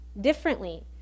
differently